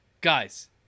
guys